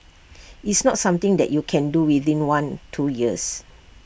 it's not something that you can do within one two years